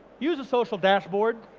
use a social dashboard.